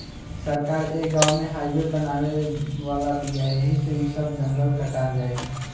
सरकार ए गाँव में हाइवे बनावे वाला बिया ऐही से इ सब जंगल कटा जाई